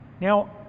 Now